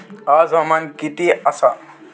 आज हवामान किती आसा?